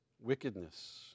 wickedness